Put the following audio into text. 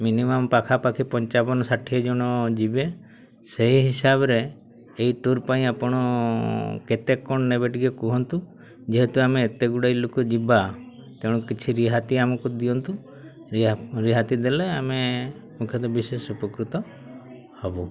minimum ପାଖାପାଖି ପଞ୍ଚାବନ ଷାଠିଏ ଜଣ ଯିବେ ସେହି ହିସାବରେ ଏଇ ଟୁର୍ ପାଇଁ ଆପଣ କେତେ କ'ଣ ନେବେ ଟିକେ କୁହନ୍ତୁ ଯେହେତୁ ଆମେ ଏତେ ଗୁଡ଼ାଏ ଲୋକ ଯିବା ତେଣୁ କିଛି ରିହାତି ଆମକୁ ଦିଅନ୍ତୁ ରିହାତି ଦେଲେ ଆମେ ମୁଖ୍ୟତଃ ବିଶେଷ ଉପକୃତ ହେବୁ